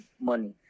money